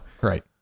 right